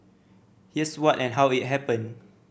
here's what and how it happened